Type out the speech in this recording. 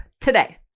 today